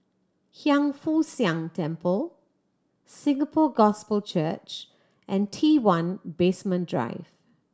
Hiang Foo Siang Temple Singapore Gospel Church and T One Basement Drive